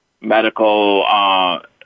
medical